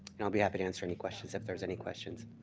and i'll be happy to answer any questions if there's any questions,